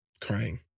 crying